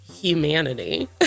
Humanity